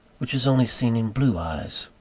which is only seen in blue eyes.